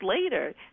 later